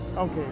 Okay